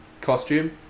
costume